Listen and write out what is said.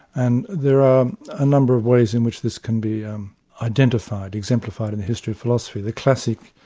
and there are a number of ways in which this can be um identified, exemplified in the history of philosophy. the classic